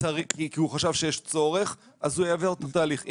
הוא חשב שיש צורך אז הוא יעבור את התהליך.